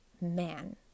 man